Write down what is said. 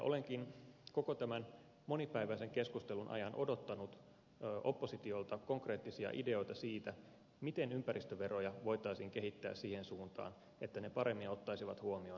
olenkin koko tämän monipäiväisen keskustelun ajan odottanut oppositiolta konkreettisia ideoita siitä miten ympäristöveroja voitaisiin kehittää siihen suuntaan että ne paremmin ottaisivat huomioon sosiaalisen oikeudenmukaisuuden